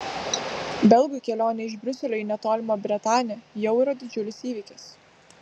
belgui kelionė iš briuselio į netolimą bretanę jau yra didžiulis įvykis